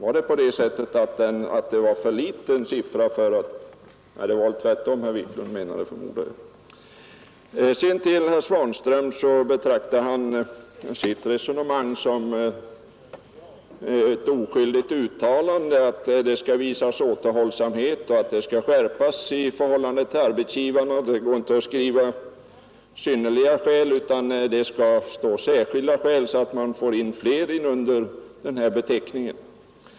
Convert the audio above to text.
Är det en för liten siffra, Förslag till skadeherr Wiklund? Det var väl tvärtom herr Wiklund menade, förmodar jag. ståndslag, m.m. Herr Svanström betraktar sitt resonemang som ett oskyldigt uttalande att det skall visas återhållsamhet och att det skall ske en skärpning i lagtextens förhållande till arbetstagarna. Det går inte att skriva ”synnerliga skäl” utan det skall stå ”särskilda skäl”, så att man får in fler under denna beteckning.